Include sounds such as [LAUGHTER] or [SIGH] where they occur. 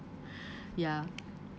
[BREATH] ya